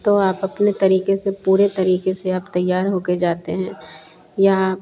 तो आप अपने तरीक़े से पूरे तरीक़े से आप तैयार हो के जाते हैं या